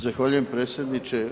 Zahvaljujem predsjedniče.